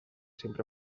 sempre